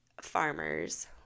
farmers